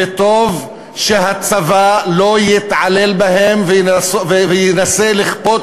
וטוב שהצבא לא יתעלל בהם וינסה לכפות